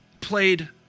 played